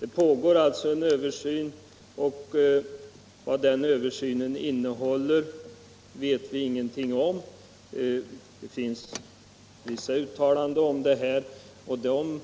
Det pågår alltså en översyn, och vad den översynen innehåller vet vi ingenting om. Det har här gjorts vissa uttalanden om detta, och de